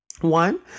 One